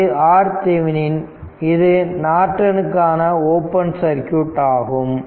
இது RThevenin இது நார்டனுக்கான ஓபன் சர்க்யூட் ஆகும்